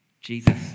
Jesus